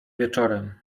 wieczorem